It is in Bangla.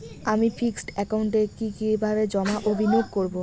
আমি ফিক্সড একাউন্টে কি কিভাবে জমা ও বিনিয়োগ করব?